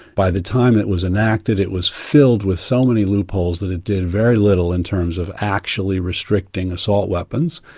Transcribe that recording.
by the time it was enacted it was filled with so many loopholes that it did very little in terms of actually restricting assault weapons.